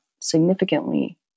significantly